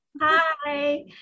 Hi